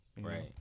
Right